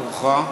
תורך.